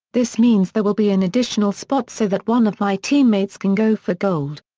this means there will be an additional spot so that one of my teammates can go for gold.